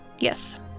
Yes